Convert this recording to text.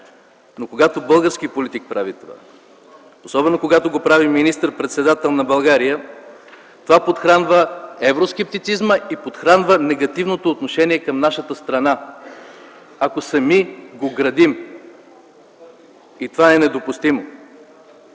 но когато български политик прави това, особено когато го прави министър-председателят на България, това подхранва евроскептицизма и негативното отношение към нашата страна. Ако сами го градим – това е недопустимо.